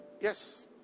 Yes